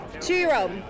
Two-year-old